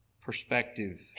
perspective